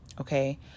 okay